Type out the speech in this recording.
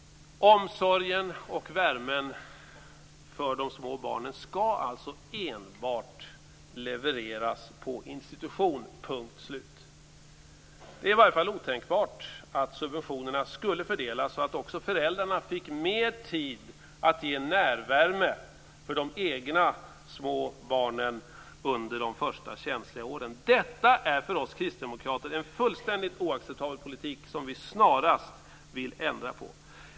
Omsorgen och värmen för de små barnen skall alltså enbart levereras på institution - punkt slut. Det är i varje fall otänkbart att subventionerna skulle fördelas så att också föräldrarna fick mer tid att ge närvärme till de egna små barnen under de första känsliga åren. Detta är för oss kristdemokrater en fullständigt oacceptabel politik som vi snarast vill ändra på.